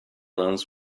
loans